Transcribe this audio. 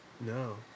No